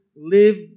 live